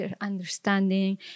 understanding